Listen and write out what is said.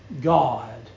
God